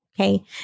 Okay